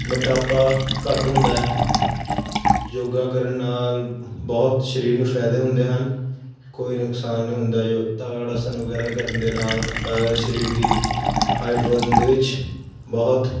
ਮੋਟਾਪਾ ਘੱਟ ਹੁੰਦਾ ਹੈ ਯੋਗਾ ਕਰਨ ਨਾਲ ਬਹੁਤ ਸਰੀਰ ਨੂੰ ਫਾਇਦੇ ਹੁੰਦੇ ਹਨ ਕੋਈ ਨੁਕਸਾਨ ਨਹੀਂ ਹੁੰਦਾ ਜੋ ਯੋ ਤਾੜ ਅਸਨ ਵਗੈਰਾ ਕਰਨ ਦੇ ਨਾਲ ਸਰੀਰ ਦੀ ਹਾਈਟ ਵਧਣ ਦੇ ਵਿੱਚ ਬਹੁਤ